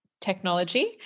technology